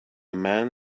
man